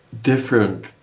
different